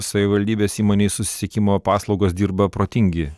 savivaldybės įmonej susisiekimo paslaugos dirba protingi